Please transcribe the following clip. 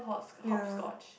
ya